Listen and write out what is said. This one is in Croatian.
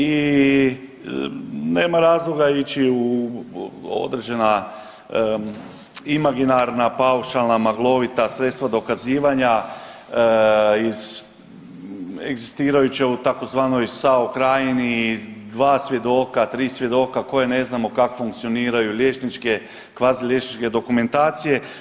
I nema razloga ići u određena imaginarna, paušalna, maglovita sredstva dokazivanja iz egzistirajuće u tzv. SAO Krajini, dva svjedoka, tri svjedoka, ko je ne znamo kako funkcioniraju liječničke, kvazi liječničke dokumentacije.